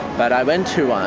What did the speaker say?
but i went to ah